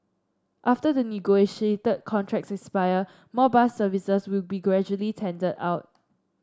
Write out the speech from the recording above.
after the negotiated contracts expire more bus services will be gradually tendered out